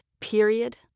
period